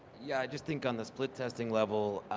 yeah, i just think on the split testing level,